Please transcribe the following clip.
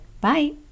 bye